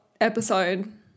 episode